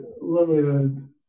limited